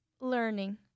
learning